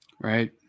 Right